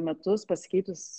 metus pasikeitus